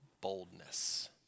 boldness